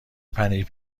پنیر